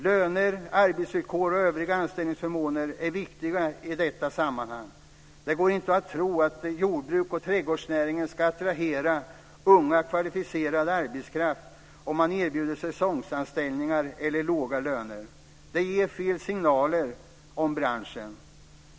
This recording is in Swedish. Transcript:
Löner, arbetsvillkor och övriga anställningsförmåner är viktiga i detta sammanhang. Det går inte att tro att jordbruk och trädgårdsnäring ska attrahera ung kvalificerad arbetskraft om man erbjuder säsongsanställningar eller låga löner. Det ger fel signaler om branschen.